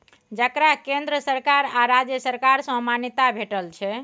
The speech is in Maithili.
जकरा केंद्र सरकार आ राज्य सरकार सँ मान्यता भेटल छै